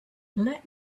let